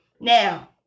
Now